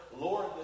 Lord